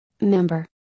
member